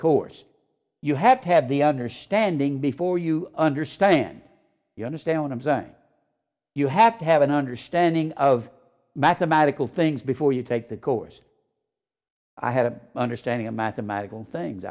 course you have to have the understanding before you understand you understand what i'm saying you have to have an understanding of mathematical things before you take the course i had a understanding of mathematical things